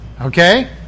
okay